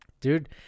Dude